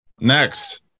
next